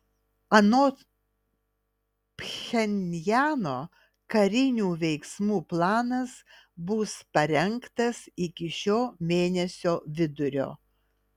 anot pchenjano karinių veiksmų planas bus parengtas iki šio mėnesio vidurio